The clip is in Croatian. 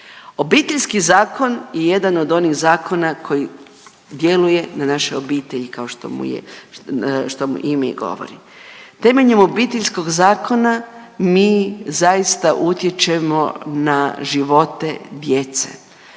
Obiteljski zakon je jedan od onih zakona koji djeluje na naše obitelji kao što mu ime i govori. Temeljem Obiteljskog zakona mi zaista utječemo na živote djece.